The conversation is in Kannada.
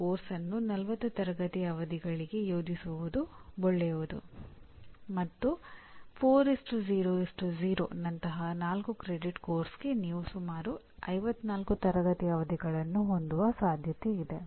ಇಲ್ಲಿ ನಮ್ಮ ಗಮನ ಅಗತ್ಯವಾಗಿ ಎಲ್ಲಾ ವಿದ್ಯಾರ್ಥಿಗಳು ತಮ್ಮ ಕಲಿಕೆಯ ಅನುಭವಗಳ ಕೊನೆಯಲ್ಲಿ ಯಶಸ್ವಿಯಾಗಿ ಕೆಲಸಗಳನ್ನು ಮಾಡಲು ಸಾಧ್ಯವಾಗುವುದರ ಮೇಲೆ ಇದೆ